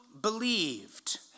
believed